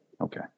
Okay